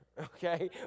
okay